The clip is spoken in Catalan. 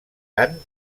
cant